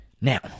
Now